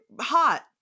hot